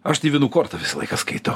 aš tai vynų kortą visą laiką skaitau